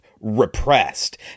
repressed